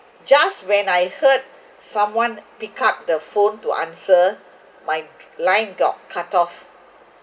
just when I heard someone pick up the phone to answer my line got cut off